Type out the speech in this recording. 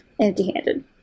empty-handed